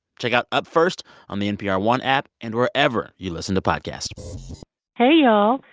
check out up first on the npr one app and wherever you listen to podcasts hey, y'all.